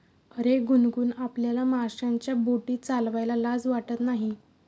अरे गुनगुन, आपल्याला माशांच्या बोटी चालवायला लाज वाटत नाही